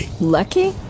Lucky